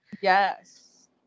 yes